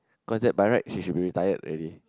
cause that by right she should be retired already